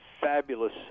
fabulous